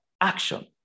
action